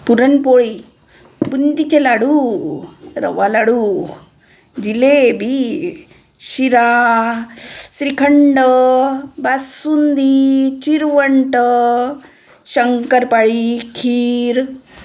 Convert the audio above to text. पुरणपोळी बुंदीचे लाडू रवा लाडू जिलेबी शिरा श्रीखंड बासुंदी चिरवंट शंकरपाळी खीर